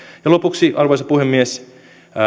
lopuksi arvoisa puhemies